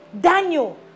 Daniel